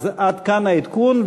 עד כאן העדכון.